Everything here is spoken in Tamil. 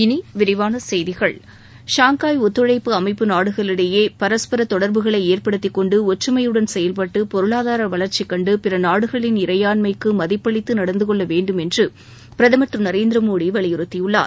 இனி விரிவான செய்திகள் ஷாங்காய் ஒத்துழைப்பு அமைப்பு நாடுகளிடையே பரஸ்பர தொடர்புகளை ஏற்படுத்தி கொண்டு ஒற்றமையுடன் செயல்பட்டு பொருளாதார வளர்ச்சி கண்டு பிற நாடுகளின் இறையான்மைக்கு மதிப்பளித்து நடந்து கொள்ள வேண்டும் என்று பிரதமர் திரு நரேந்திரமோடி வலியுறுத்தியுள்ளார்